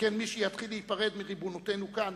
שכן מי שיתחיל להיפרד מריבונותנו כאן